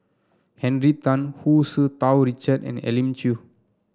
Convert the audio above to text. Henry Tan Hu Tsu Tau Richard and Elim Chew